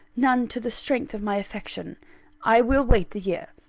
none to the strength of my affection i will wait the year.